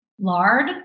lard